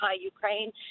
Ukraine